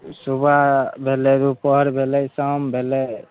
सुबह भेलै दुपहर भेलै शाम भेलै